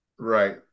Right